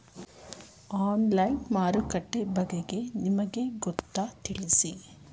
Online ಮಾರುಕಟ್ಟೆ ಬಗೆಗೆ ನಿಮಗೆ ಗೊತ್ತೇ? ತಿಳಿಸಿ?